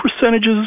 percentages